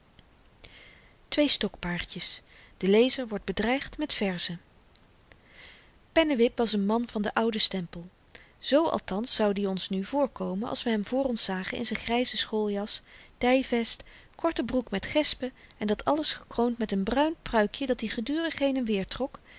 twee stokpaardjes de lezer wordt bedreigd met verzen pennewip was n man van den ouden stempel zoo althans zoud i ons nu voorkomen als we hem voor ons zagen in z'n gryze schooljas dyvest korte broek met gespen en dat alles gekroond met n bruin pruikje dat-i gedurig heen-en-weer trok